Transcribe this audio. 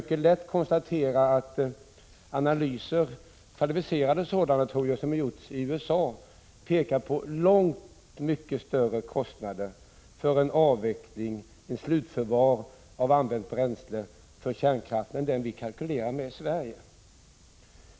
Kvalificerade analyser som har gjorts i USA pekar på långt högre kostnader för en slutförvaring av använt bränsle från kärnkraften än vi kalkylerar med i Sverige.